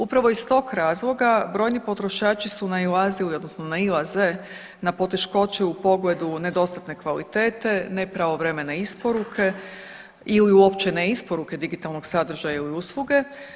Upravo iz tog razloga brojni potrošači su nailazili odnosno nailaze na poteškoće u pogledu nedostatne kvalitete, nepravovremene isporuke ili uopće ne isporuke digitalnog sadržaja ili usluge.